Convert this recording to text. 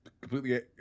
completely